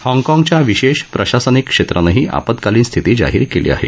हाँगकाँगच्या विशेष प्रशासनिक क्षेत्रानंही आपात्कालीन स्थिती जाहीर केली आहे